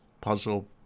puzzle